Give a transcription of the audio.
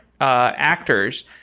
actors –